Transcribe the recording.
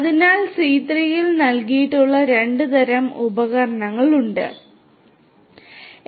അതിനാൽ C3 ൽ നൽകിയിട്ടുള്ള രണ്ട് തരം ഉപകരണങ്ങളാണ് ഇവ